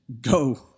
go